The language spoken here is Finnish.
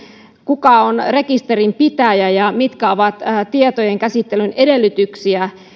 kuka on rekisterinpitäjä ja mitkä ovat tietojenkäsittelyn edellytyksiä